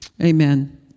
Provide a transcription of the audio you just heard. Amen